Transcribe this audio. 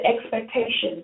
expectations